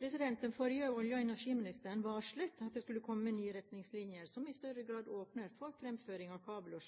Den forrige olje- og energiministeren varslet at det skulle komme nye retningslinjer som i større grad åpner for fremføring av kabler